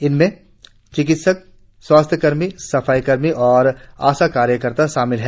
इनमें चिकित्सक स्वास्थ्यकर्मी सफाई कर्मचारी और आशा कार्यकर्ता शामिल हैं